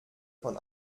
von